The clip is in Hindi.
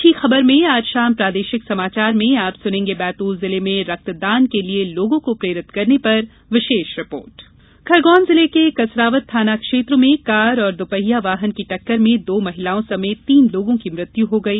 अच्छी खबर में आज शाम प्रादेशिक समाचार में आप सुनेंगे बैतूल जिले में रक्तदान के लिये लोगों को प्रेरित करने पर विशेष रिपोर्ट सड़क हादसा खरगौन जिले के कसरावद थाना क्षेत्र में कार और दुपहिया वाहन की टक्कर में दो महिलाओं समेत तीन लोगों की मृत्यु हो गई